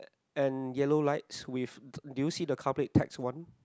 and yellow lights with did you see the car plate taxi one